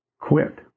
quit